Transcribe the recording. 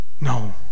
No